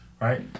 right